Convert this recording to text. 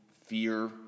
fear